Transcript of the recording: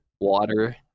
Water